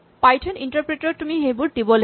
Python interpreter ত তুমি এইবোৰ দিব লাগিব